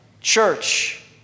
Church